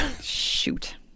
Shoot